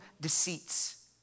deceits